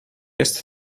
jest